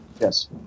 Yes